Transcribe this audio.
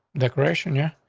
decoration. yeah,